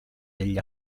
degli